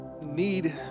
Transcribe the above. need